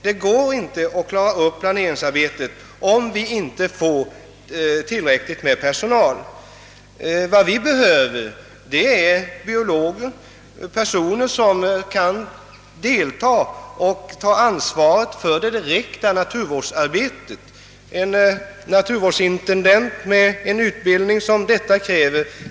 Det går inte att genomföra planeringsarbetet, om vi inte får tillräckligt med personal. Vad vi behöver är biologer, personer som kan delta i och ta ansvar för det direkta naturvårdsarbetet. Vi behöver i vårt län en naturvårdsintendent med den utbildning som uppgiften kräver.